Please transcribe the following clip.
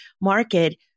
market